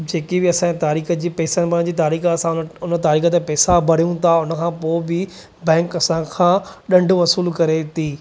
जेकी बि असांजे तारीख़ जी पैसनि जी तारीख़ असां वटि उन उन तारीख़ जा त पैसा भरियूं था हुन खां पोइ बि बैंक असां खां दंड वसूलु करे थी